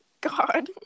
God